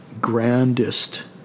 grandest